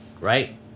right